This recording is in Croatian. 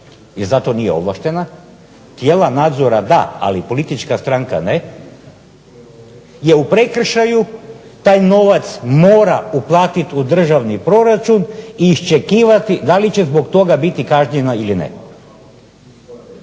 za to nije ovlaštena, tijela nadzora da, ali politička stranka ne, je u prekršaju, taj novac mora uplatiti u državni proračun i iščekivati da li će zbog toga biti kažnjena ili ne.